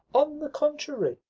on the contrary,